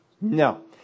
No